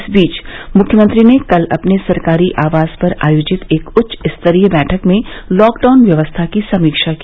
इस बीच मुख्यमंत्री ने कल अपने सरकारी आवास पर आयोजित एक उच्च स्तरीय बैठक में लॉकडाउन व्यवस्था की समीक्षा की